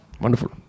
Wonderful